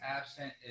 absent